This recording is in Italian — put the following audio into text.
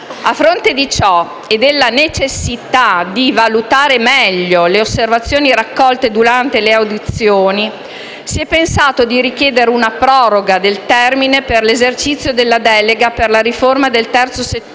A fronte di ciò e della necessità di valutare meglio le osservazioni raccolte durante le audizioni si è pensato di richiedere una proroga del termine per l'esercizio della delega per la riforma del terzo settore,